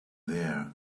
there